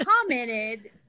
commented